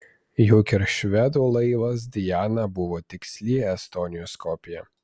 juk ir švedų laivas diana buvo tiksli estonijos kopija